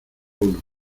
uno